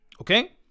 Okay